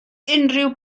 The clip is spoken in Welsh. unrhyw